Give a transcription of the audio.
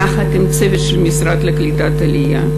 יחד עם צוות המשרד לקליטת העלייה,